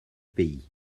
pays